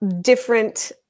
different